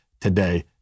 today